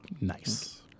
nice